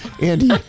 Andy